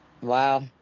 Wow